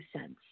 cents